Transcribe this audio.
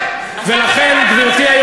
תתבייש,